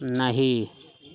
नही